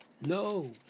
no